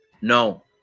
No